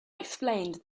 explained